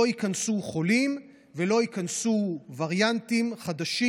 ייכנסו חולים ולא ייכנסו וריאנטים חדשים,